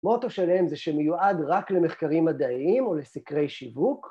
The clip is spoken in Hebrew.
מוטו שלהם זה שמיועד רק למחקרים מדעיים או לסקרי שיווק